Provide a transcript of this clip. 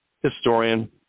historian